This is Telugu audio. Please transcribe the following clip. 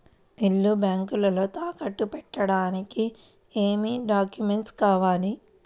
ఇల్లు బ్యాంకులో తాకట్టు పెట్టడానికి ఏమి డాక్యూమెంట్స్ కావాలి?